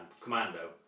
Commando